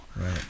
Right